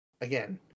again